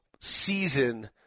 season